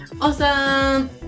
Awesome